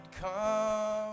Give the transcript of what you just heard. come